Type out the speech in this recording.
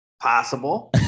Possible